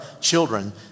children